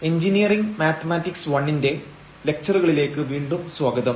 engineering mathematics I ന്റെ ലെക്ചറുകളിലേക്ക് വീണ്ടും സ്വാഗതം